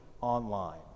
online